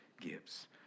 gives